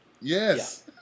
Yes